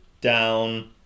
down